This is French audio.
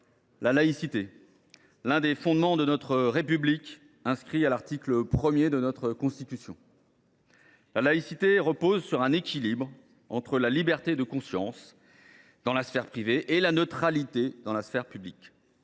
la laïcité, l’un des fondements de notre République, inscrite à l’article premier de notre Constitution. La laïcité repose sur un équilibre entre la liberté de conscience dans la sphère privée et la neutralité dans la sphère publique.